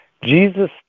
Jesus